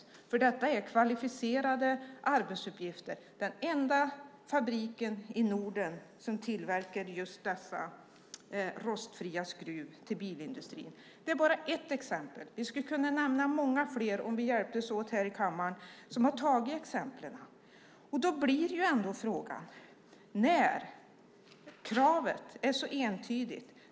Det handlar nämligen om kvalificerade arbetsuppgifter i den enda fabrik i Norden som tillverkar just denna rostfria skruv till bilindustrin. Detta är bara ett exempel. Vi skulle kunna nämna många fler om vi hjälptes åt här i kammaren. Kravet är entydigt.